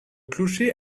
clocher